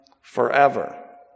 forever